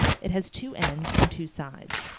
it has two ends and two sides.